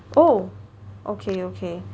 oh okay okay